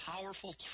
powerful